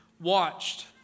watched